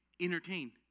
entertain